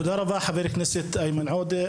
תודה רבה, חבר הכנסת איימן עודה.